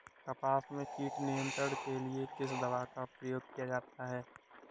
कपास में कीट नियंत्रण के लिए किस दवा का प्रयोग किया जाता है?